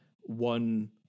one